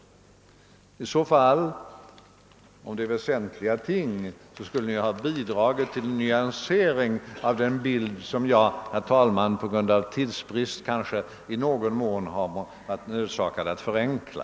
Om herr statsrådet kunde nämna något sådant fall av väsentlig betydelse skulle han bidra till en nyansering av den bild som jag, herr talman, på grund av tidsbrist kanske i någon mån varit nödsakad att förenkla.